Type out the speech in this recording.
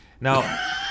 Now